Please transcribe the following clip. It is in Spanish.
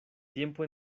tiempo